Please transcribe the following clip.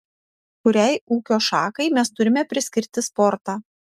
kuriai ūkio šakai mes turime priskirti sportą